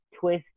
twist